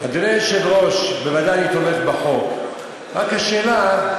אדוני היושב-ראש, אני בוודאי תומך בחוק, רק השאלה,